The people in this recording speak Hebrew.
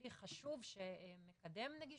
כלי חשוב שמקדם נגישות,